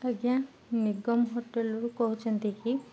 ଆଜ୍ଞା ନିଗମ ହୋଟେଲ୍ରୁ କହୁଛନ୍ତି କି